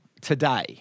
today